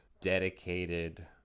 dedicated